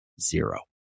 zero